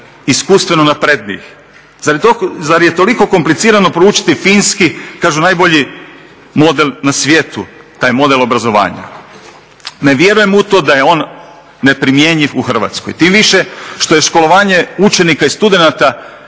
iskustveno naprednijih. Zar je toliko komplicirano proučiti finski, kažu najbolji model na svijetu, taj model obrazovanja. Ne vjerujem u to da je on neprimjenjiv u Hrvatskoj tim više što je školovanje učenika i studenata